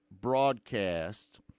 broadcast